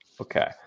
Okay